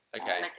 Okay